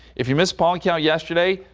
if you miss paula like yeah yesterday.